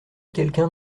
quelqu’un